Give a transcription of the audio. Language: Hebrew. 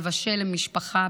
לבשל למשפחה,